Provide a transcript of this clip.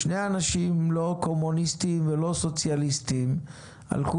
שני אנשים לא קומוניסטים ולא סוציאליסטים הלכו